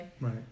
Right